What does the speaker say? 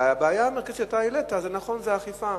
אבל הבעיה המרכזית שאתה העלית, נכון, זו האכיפה.